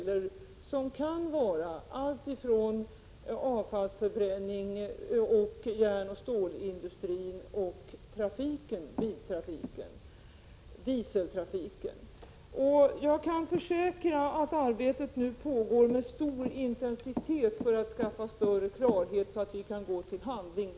Det kan vara fråga om allt från avfallsförbränning och järnoch stålindustrin till dieseldriven biltrafik. Jag kan försäkra att arbetet på att skapa större klarhet pågår med stor intensitet, så att vi kan gå till handling.